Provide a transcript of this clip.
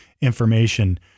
information